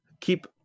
keep